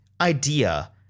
idea